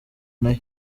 nayo